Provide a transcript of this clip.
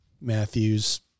Matthews